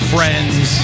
Friends